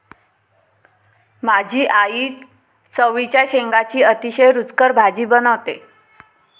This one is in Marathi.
माझी आई चवळीच्या शेंगांची अतिशय रुचकर भाजी बनवते